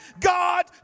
God